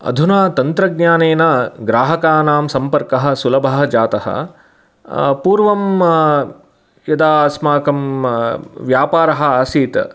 अधुना तन्त्रज्ञानेन ग्राहकानां सम्पर्कः सुलभः जातः पूर्वं यदा अस्माकं व्यापारः आसीत्